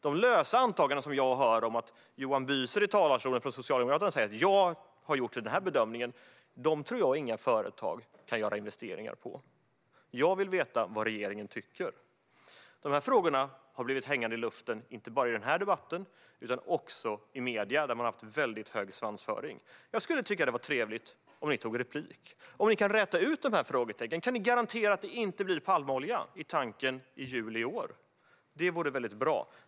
De lösa antaganden jag hör - Johan Büser från Socialdemokraterna säger i talarstolen att han har gjort en viss bedömning - tror jag inte att företag kan göra investeringar utifrån. Jag vill veta vad regeringen tycker. Frågorna har blivit hängande i luften inte bara i den här debatten utan också i medierna, där man har haft väldigt hög svansföring. Jag tycker att det vore trevligt om ni från regeringspartierna tog replik på mitt anförande och kunde räta ut frågetecknen. Kan ni garantera att det inte blir palmolja i tanken i juli nästa år? Det vore väldigt bra.